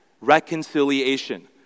Reconciliation